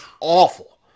awful